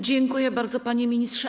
Dziękuję bardzo, panie ministrze.